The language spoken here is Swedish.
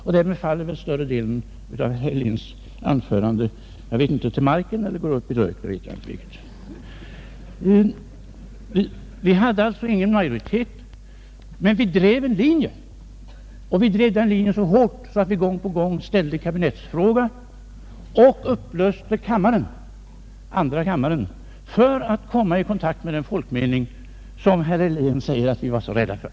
Och därmed faller större delen av herr Heldéns anförande till marken — eller går upp i rök, jag vet inte vilket. Vi hade som sagt inte majoritet, men vi drev en linje. Och det gjorde vi så härt att vi gäng på gång ställde kabinettsfråga och upplöste andra kammaren för att komma i kontakt med den folkmening som herr Helén nu säper att vi var så rädda för.